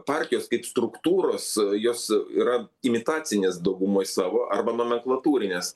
partijos kaip struktūros jos yra imitacinės daugumoj savo arba nomenklatūrinės